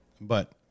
But-